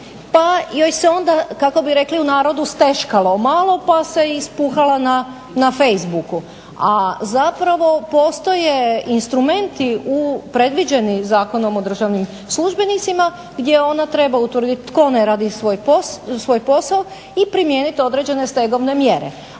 Pa joj se onda kako bi rekli u narodu steškalo malo pa se ispuhala na facebooku. A zapravo postoje instrumenti predviđeni Zakonom o državnim službenicima gdje ona treba utvrditi tko ne radi svoj posao i primijeniti određene stegovne mjere.